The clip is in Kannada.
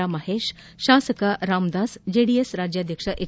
ರಾ ಮಹೇಶ್ ಶಾಸಕ ರಾಮದಾಸ್ ಜೆಡಿಎಸ್ ರಾಜ್ಯಾಧ್ಯಕ್ಷ ಎಚ್